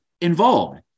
involved